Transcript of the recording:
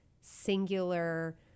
singular